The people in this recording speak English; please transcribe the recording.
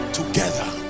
together